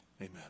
Amen